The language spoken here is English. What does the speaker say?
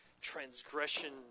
transgression